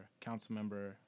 Councilmember